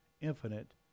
infinite